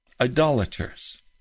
idolaters